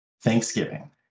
thanksgiving